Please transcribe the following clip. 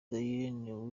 diyen